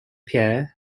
pier